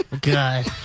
God